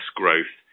growth